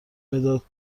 مداد